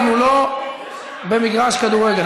אנחנו לא במגרש כדורגל.